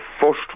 first